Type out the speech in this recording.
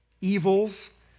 evils